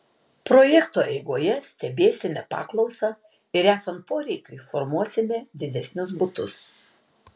projekto eigoje stebėsime paklausą ir esant poreikiui formuosime didesnius butus